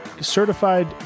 certified